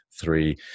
Three